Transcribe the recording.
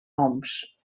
homs